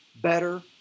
better